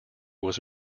was